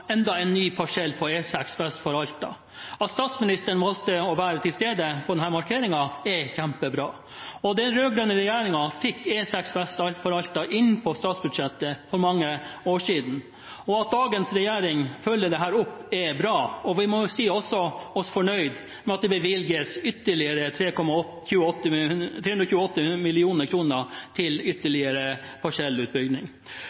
enda en ny parsell på E6 vest for Alta. At statsministeren valgte å være til stede på denne markeringen, er kjempebra. Den rød-grønne regjeringen fikk bevilgninger til E6 vest for Alta inn på statsbudsjettet for mange år siden. At dagens regjering følger dette opp, er bra. Vi må også si oss fornøyd med at det bevilges ytterligere 328 mill. kr til